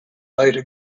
later